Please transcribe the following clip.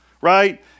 right